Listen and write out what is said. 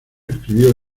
escribió